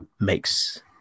makes